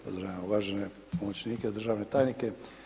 Pozdravljam uvažene pomoćnike, državne tajnike.